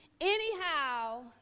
anyhow